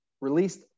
released